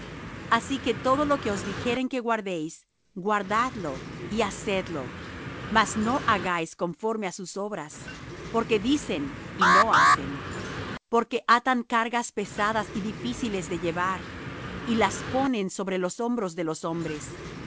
así que todo lo que os dijeren que guardéis guardad lo y haced lo mas no hagáis conforme á sus obras porque dicen y no hacen porque atan cargas pesadas y difíciles de llevar y las ponen sobre los hombros de los hombres